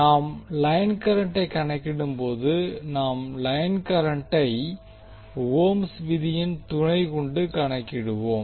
நாம் லைன் கரண்டை கணக்கிடும்போது நாம் லைன் கரண்டை ஓம்ஸ் விதியின் துணை கொண்டு கணக்கிடுவோம்